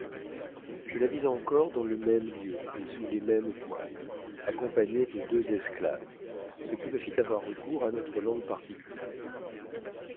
je la vis encore dans le même lieu et dans le même équipage accompagnée de deux esclaves ce qui me fit avoir recours à notre langue particulière